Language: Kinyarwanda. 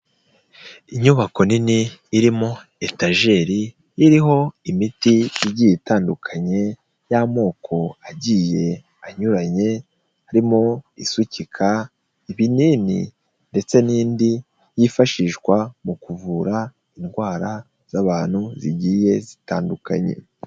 Inyubako nini irimo etajeri, iriho imiti igiye itandukanye, y'amoko agiye anyuranye, harimo isukika, ibinini, ndetse n'indi yifashishwa mu kuvura indwara z'abantu zigiye zitandukanye.